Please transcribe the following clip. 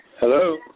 Hello